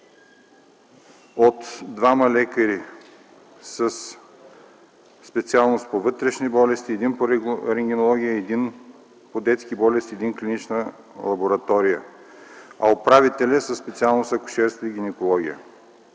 от двама лекари със специалност по вътрешни болести, един - по рентгенология, един - по детски болести и един - клинична лаборатория, управителят е със специалност „Акушерство и гинекология”.